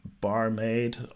barmaid